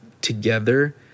together